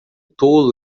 tolo